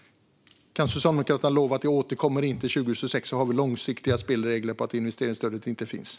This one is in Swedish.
Om Socialdemokraterna kan lova att det inte återkommer 2026 har vi långsiktiga spelregler om att det inte finns något investeringsstöd.